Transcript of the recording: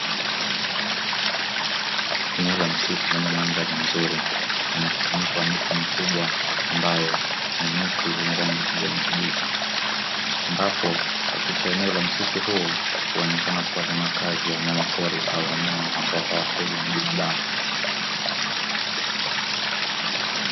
Eneo la msitu lenye mandhari nzuri na mkusanyiko wa miti mikubwa ambayo ni miti, yenye rangi kijani kibichi, ambapo katika eneo la msitu huu huonekana kuwa ni makazi ya wanyamapori au wanyama ambao hawafugwi na binadamu.